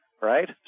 right